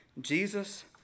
Jesus